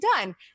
done